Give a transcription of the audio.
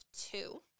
two